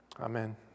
Amen